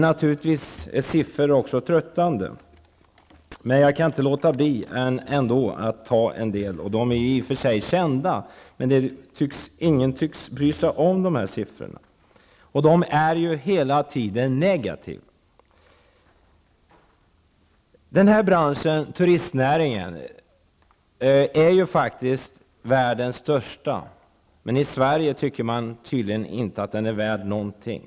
Naturligtvis är siffror också tröttande, men jag kan inte låta bli att ändå redovisa dem. Siffrorna är i och för sig kända, men ingen tycks bry sig om dem. Siffrorna är hela tiden negativa. Turistnäringen är faktiskt världens största, men i Sverige tycker man tydligen inte att branschen är värd någonting.